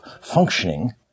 functioning